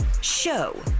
show